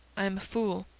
i am a fool.